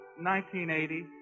1980